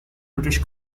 british